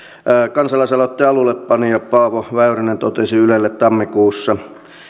kansalaisaloitteen alullepanija paavo väyrynen totesi ylelle tammikuussa